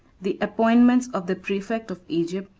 the appointments of the praefect of egypt,